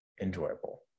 enjoyable